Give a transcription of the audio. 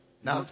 now